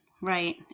right